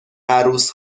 عروس